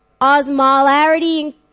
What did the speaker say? Osmolarity